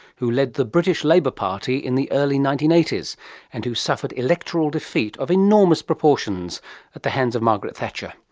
who led the british labour party in the early nineteen eighty s and who suffered electoral defeat of enormous proportions at the hands of margaret thatcher.